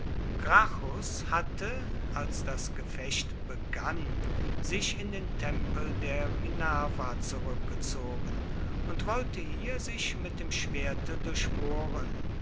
hatte als das gefecht begann sich in den tempel der minerva zurückgezogen und wollte hier sich mit dem schwerte